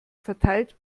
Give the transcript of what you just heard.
verteilt